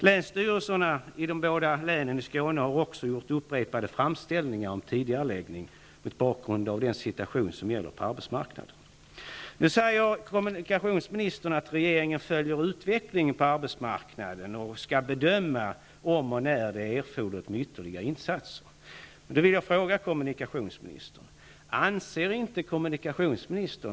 Länsstyrelserna i de båda länen i Skåne har också gjort upprepade framställningar om tidigareläggning av projekt mot bakgrund av den situation som råder på arbetsmarknaden. Kommunikationsministern säger att regeringen följer utvecklingen på arbetsmarknaden och skall bedöma om och när det är erforderligt med ytterligare insatser.